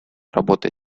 работа